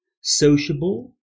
Sociable